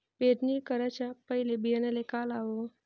पेरणी कराच्या पयले बियान्याले का लावाव?